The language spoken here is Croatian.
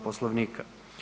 Poslovnika.